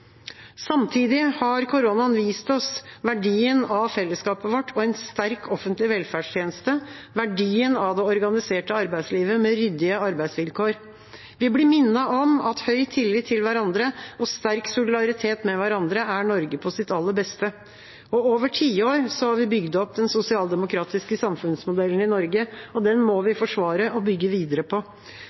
Samtidig har koronakrisen vist oss verdien av fellesskapet vårt og en sterk offentlig velferdstjeneste, verdien av det organiserte arbeidslivet med ryddige arbeidsvilkår. Vi blir minnet om at høy tillit til hverandre og sterk solidaritet med hverandre er Norge på sitt aller beste. Over tiår har vi bygd opp den sosialdemokratiske samfunnsmodellen i Norge, og den må vi forsvare – og bygge videre på.